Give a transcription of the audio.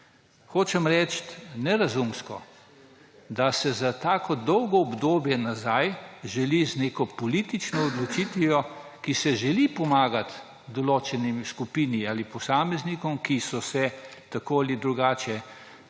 Hočem reči, nerazumsko je, da se za tako dolgo obdobje nazaj želi z neko politično odločitvijo, ko se želi pomagati določeni skupini ali posameznikom, ki so se tako ali drugače